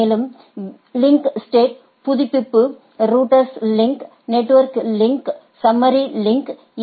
மேலும் விசேட link state புதுப்பிப்பு ரவுட்டர் லிங்க்நெட்வொர்க் லிங்க்சம்மாி லிங்க் எ